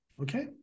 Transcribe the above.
Okay